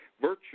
virtue